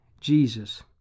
Jesus